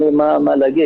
אין לי מה להגיד.